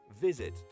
Visit